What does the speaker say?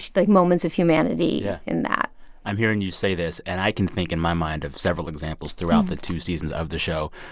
like moments of humanity in that i'm hearing you say this, and i can think in my mind of several examples throughout the two seasons of the show.